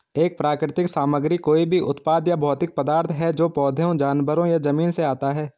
एक प्राकृतिक सामग्री कोई भी उत्पाद या भौतिक पदार्थ है जो पौधों, जानवरों या जमीन से आता है